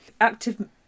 active